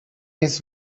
his